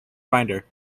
binder